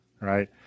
right